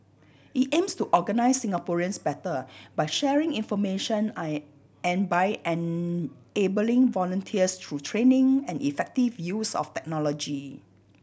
it aims to organise Singaporeans better by sharing information I and by an enabling volunteers through training and effective use of technology